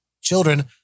children